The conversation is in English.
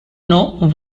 know